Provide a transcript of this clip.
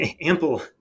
ample